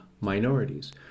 minorities